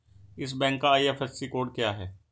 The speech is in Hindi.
इस बैंक का आई.एफ.एस.सी कोड क्या है?